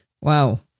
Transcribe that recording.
wow